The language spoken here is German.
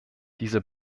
dieser